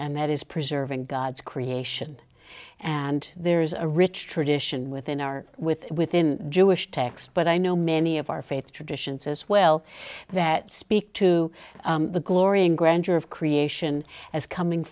and that is preserving god's creation and there is a rich tradition within our with within jewish text but i know many of our faith traditions as well that speak to the glory in grander of creation as coming